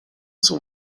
son